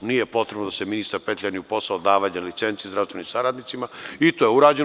Nije potrebno da se ministar petlja ni u posao davanja licenci zdravstvenim saradnicima i to je urađeno.